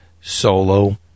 solo